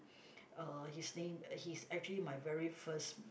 uh his name he's actually my very first